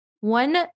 One